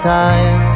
time